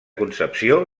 concepció